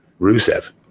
Rusev